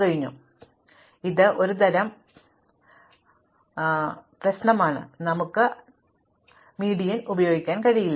അതിനാൽ ഇത് ഒരുതരം ചിക്കൻ മുട്ട പ്രശ്നമാണ് അടുക്കാൻ ഞങ്ങൾക്ക് മീഡിയൻ ഉപയോഗിക്കാൻ കഴിയില്ല